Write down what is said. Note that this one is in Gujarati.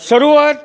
શરૂઆત